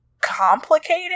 complicated